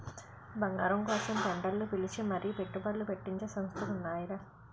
బంగారం కోసం టెండర్లు పిలిచి మరీ పెట్టుబడ్లు పెట్టించే సంస్థలు ఉన్నాయిరా